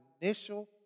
initial